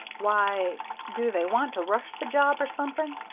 why do they want to rush the job or something?